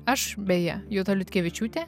aš beje juta liutkevičiūtė